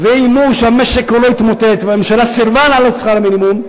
ואיימו שהמשק כולו יתמוטט והממשלה סירבה להעלות את שכר המינימום,